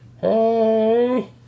hey